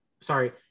sorry